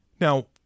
Now